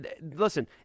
Listen